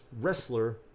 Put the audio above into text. wrestler